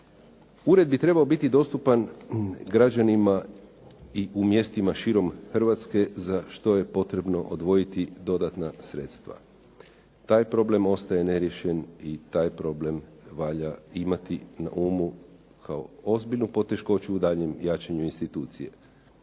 ured bi trebao biti dostupan građanima i u mjestima širom Hrvatske za što je potrebno odvojiti dodatna sredstva. Taj problem ostaje ne riješen i taj problem valja imati na umu kao ozbiljnu poteškoću u daljnjem jačanju institucije.